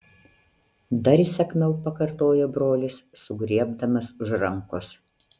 dar įsakmiau pakartojo brolis sugriebdamas už rankos